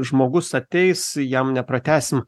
žmogus ateis jam nepratęsim